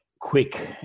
quick